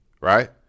right